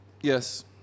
yes